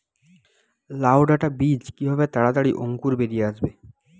লাউ ডাটা বীজ কিভাবে তাড়াতাড়ি অঙ্কুর বেরিয়ে আসবে?